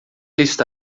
está